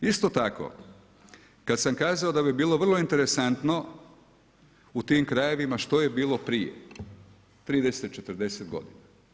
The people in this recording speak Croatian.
Isto tako kad sam kazao da bi bilo vrlo interesantno u tim krajevima što je bilo prije 30, 40 godina.